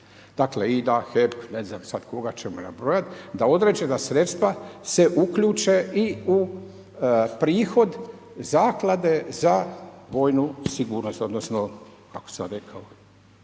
Dakle i da HEP, ne znam sad koga ćemo nabrojat, da određena sredstva se uključe i u prihod zaklade za vojnu sigurnost odnosno kako sam rekao